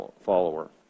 follower